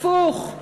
הפוך,